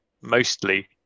mostly